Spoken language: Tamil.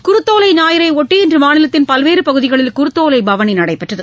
குருத்தோலை ஞாயிறைபொட்டி இன்று மாநிலத்தின் பல்வேறு பகுதிகளில் குருத்தோலை பவளி நடைபெற்றது